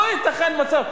לא ייתכן מצב,